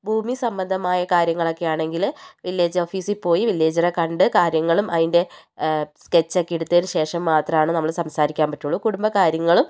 ഭൂമി സംബന്ധമായ കാര്യങ്ങളൊക്കെയാണെങ്കിൽ വില്ലേജ് ഓഫീസിൽ പോയി വില്ലേജറെ കണ്ട് കാര്യങ്ങളും അതിന്റെ സ്കെച്ച് ഒക്കെയെടുത്തതിന് ശേഷം മാത്രമാണ് നമ്മൾ സംസാരിക്കാൻ പറ്റുകയുളളു കുടുംബകാര്യങ്ങളും